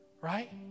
right